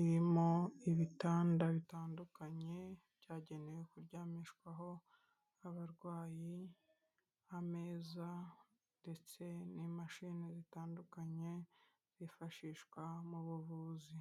irimo ibitanda bitandukanye, byagenewe kuryamishwaho abarwayi, ameza, ndetse n'imashini zitandukanye, byifashishwa mu buvuzi.